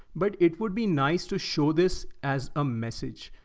but it would be nice to show this as a message.